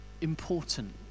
important